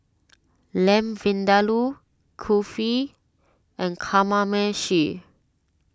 Lamb Vindaloo Kulfi and Kamameshi